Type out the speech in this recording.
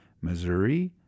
Missouri